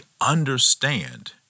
understand